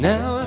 Now